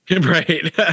Right